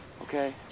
Okay